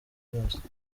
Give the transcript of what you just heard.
byose